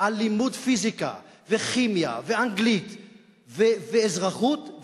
על לימוד פיזיקה וכימיה ואנגלית ואזרחות,